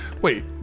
Wait